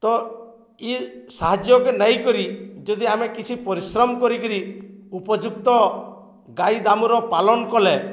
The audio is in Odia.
ତ ଇ ସାହାଯ୍ୟକେ ନେଇକରି ଯଦି ଆମେ କିଛି ପରିଶ୍ରମ କରିକିରି ଉପଯୁକ୍ତ ଗାଈ ଦାମର ପାଳନ କଲେ